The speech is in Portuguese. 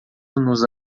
nos